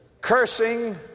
cursing